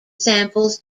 samples